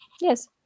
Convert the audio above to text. Yes